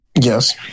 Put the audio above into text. Yes